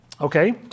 Okay